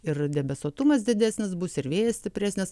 ir debesuotumas didesnis bus ir vėjas stipresnis